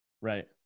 right